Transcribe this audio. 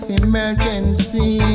emergency